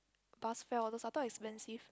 bus fare all those I thought I expensive